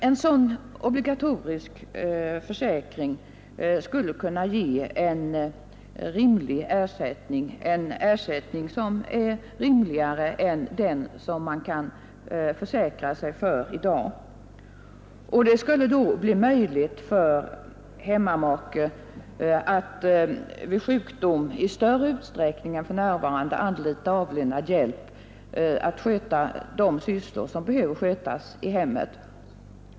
En sådan obligatorisk försäkring skulle kunna ge en mera rimlig ersättning än den som man kan försäkra sig för i dag. Det skulle då bli möjligt för hemmamake att vid sjukdom i större utsträckning än för närvarande anlita avlönad hjälp för att sköta nödvändiga sysslor i hemmet.